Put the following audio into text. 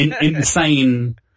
insane